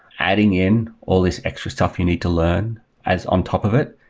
adding in all this extra stuff you need to learn as on top of it,